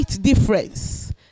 difference